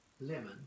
lemon